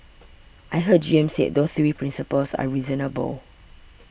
I heard G M said those three principles are reasonable